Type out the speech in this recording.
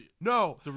No